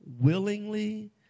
Willingly